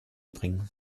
bringen